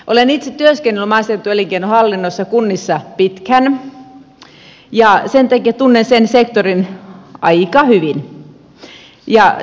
olen itse työskennellyt maaseutuelinkeinohallinnossa kunnissa pitkään ja sen takia tunnen sen sektorin aika hyvin